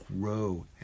grow